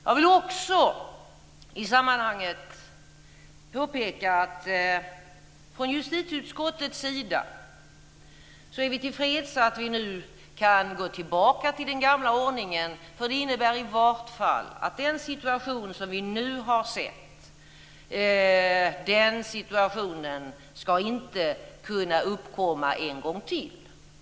Jag vill för det andra påpeka att vi från justitieutskottets sida är tillfreds med att vi nu kan gå tillbaka till den gamla ordningen. Det innebär i varje fall att den situation som vi nu har sett inte ska kunna uppkomma en gång till.